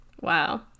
wow